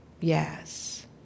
Yes